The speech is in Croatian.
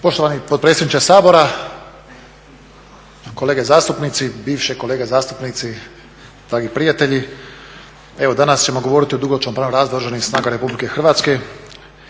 Poštovani potpredsjedniče Sabora, kolege zastupnici, bivše kolege zastupnici, dragi prijatelji. Evo danas ćemo govoriti o dugoročnom planu razvoju Oružanih snaga RH. Mi smo